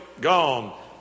gone